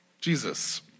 Jesus